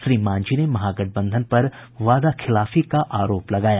श्री मांझी ने महागठबंधन पर वादाखिलाफी का आरोप लगाया